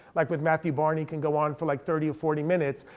like with matthew barney, can go on for like thirty or forty minutes.